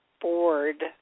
board